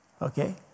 okay